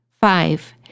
Five